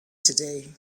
today